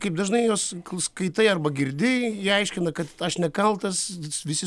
kaip dažnai juos skaitai arba girdi jie aiškina kad aš nekaltas visi